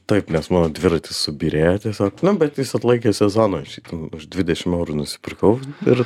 taip nes mano dviratis subyrėjo tiesiog nu bet jis atlaikė sezoną aš jį ten už dvidešim eurų nusipirkau ir